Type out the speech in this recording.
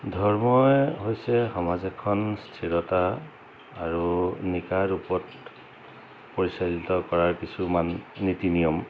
ধৰ্মই হৈছে সমাজ এখন স্থিৰতা আৰু নিকা ৰূপত পৰিচালিত কৰাৰ কিছুমান নীতি নিয়ম